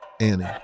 Annie